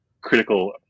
critical